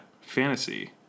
Fantasy